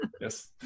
Yes